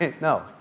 No